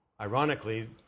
Ironically